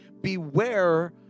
Beware